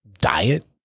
diet